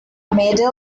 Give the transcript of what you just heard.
medal